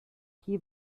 hier